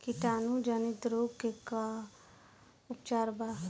कीटाणु जनित रोग के का उपचार बा?